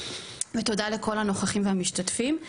ותודה לכל הנוכחים והמשתתפים.